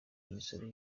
imisoro